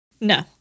No